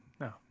No